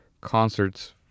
concerts